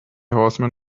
horseman